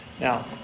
Now